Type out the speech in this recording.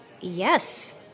Yes